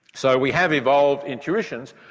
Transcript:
so we have evolved intuitions